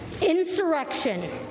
Insurrection